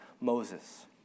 Moses